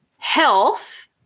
health